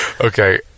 Okay